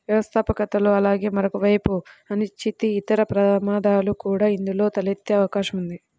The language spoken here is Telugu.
వ్యవస్థాపకతలో అలాగే మరోవైపు అనిశ్చితి, ఇతర ప్రమాదాలు కూడా ఇందులో తలెత్తే అవకాశం ఉంది